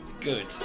Good